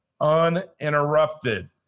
Uninterrupted